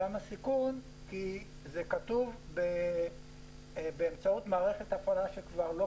הסיכון הוא שזה כתוב באמצעות מערכת הפעלה שכבר לא